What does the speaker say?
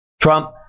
Trump